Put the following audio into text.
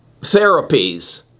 therapies